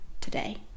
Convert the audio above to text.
today